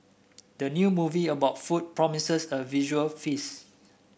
the new movie about food promises a visual feast